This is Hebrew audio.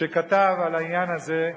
שכתב על העניין הזה.